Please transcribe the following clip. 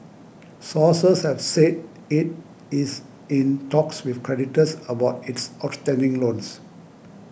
sources have said it is in talks with creditors about its outstanding loans